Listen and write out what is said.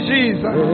Jesus